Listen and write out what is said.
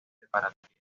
preparatoria